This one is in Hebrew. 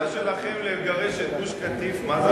התעוזה שלכם לגרש את גוש-קטיף מה זה,